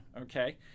okay